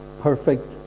perfect